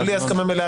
בלי הסכמה לא נעלה.